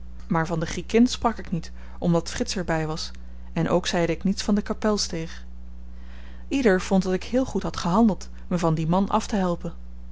maar van de griekin sprak ik niet omdat frits er by was en ook zeide ik niets van de kapelsteeg ieder vond dat ik heel goed had gehandeld me van dien man